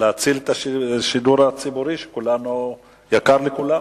ניתן להציל את השידור הציבורי, שיקר לכולנו.